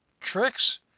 tricks